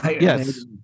Yes